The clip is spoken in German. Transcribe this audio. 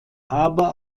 aber